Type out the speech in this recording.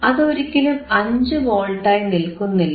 അത് ഒരിക്കലും 5 വോൾട്ട് ആയി നിൽക്കുന്നില്ല